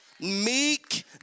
meek